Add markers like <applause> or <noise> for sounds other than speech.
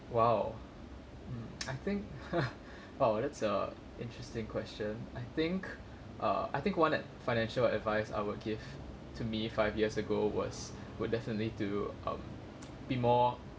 !wow! um I think <laughs> !wow! that's a interesting question I think uh I think one at financial advice I would give to me five years ago was would definitely to um be more